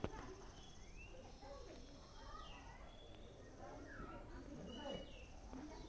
Google Pay দিয়ে bill payment করলে কি চার্জ নেওয়া হয়?